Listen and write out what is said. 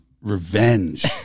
revenge